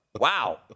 Wow